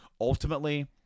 ultimately